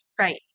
Right